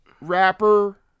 rapper